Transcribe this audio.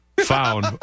found